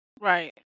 Right